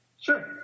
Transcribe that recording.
Sure